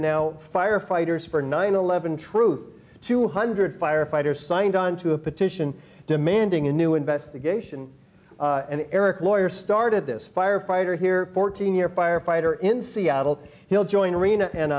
now firefighters for nine eleven truth two hundred firefighters signed on to a petition demanding a new investigation and eric lawyer started this firefighter here fourteen year firefighter in seattle he'll join arena and